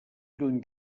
lluny